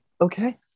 okay